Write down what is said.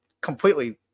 completely